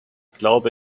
glaube